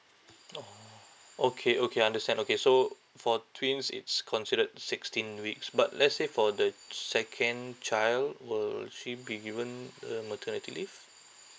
orh okay okay understand okay so for twins it's considered sixteen weeks but let's say for the second child will she be given the maternity leave